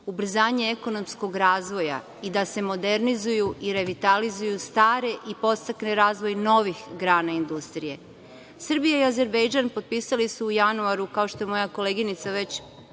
ubrzanje ekonomskog razvoja i da se modernizuju i revitalizuju stare i podstakne razvoj novih grana industrije. Srbija i Azerbejdžan potpisali su u januaru, kao što je moja koleginica već